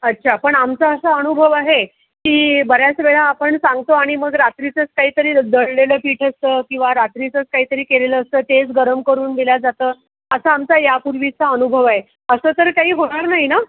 अच्छा पण आमचा असा अनुभव आहे की बऱ्याच वेळा आपण सांगतो आणि मग रात्रीचंच काही तरी दळलेलं पीठ असतं किंवा रात्रीचंच काही तरी केलेलं असतं तेच गरम करून दिले जातं असा आमचा यापूर्वीचा अनुभव आहे असं तर काही होणार नाही ना